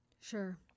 Sure